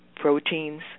proteins